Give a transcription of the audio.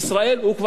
הוא כבר פאסה.